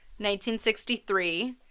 1963